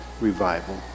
revival